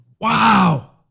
Wow